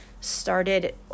started